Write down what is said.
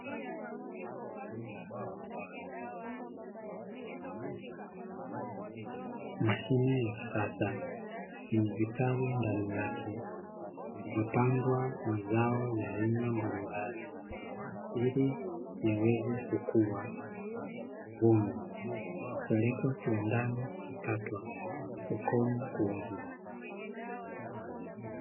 Mashine ya kisasa yenye vitalu ndani yake vilivyopandwa mazao ya aina mbalimbali ili yaweze kukua, kuvunwa, kupelekwa kiwandani kuchakatwa na sokoni kuuzwa.